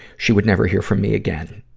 she would never hear from me again.